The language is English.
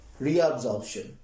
reabsorption